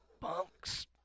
Bunks